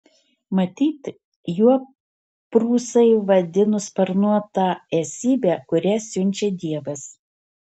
matyt juo prūsai vadino sparnuotą esybę kurią siunčia dievas